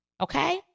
Okay